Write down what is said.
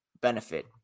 benefit